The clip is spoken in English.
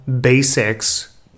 basics